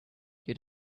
your